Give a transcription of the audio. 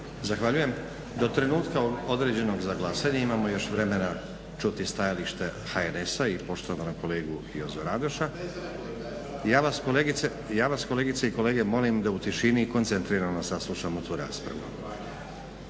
Zahvaljujem. Do trenutka određenog za glasanje imamo još vremena čuti stajalište HNS-a i poštovanog kolegu Jozu Radoša. Ja vas kolegice i kolege molim da u tišini i koncentrirano saslušamo tu raspravu.